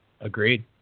Agreed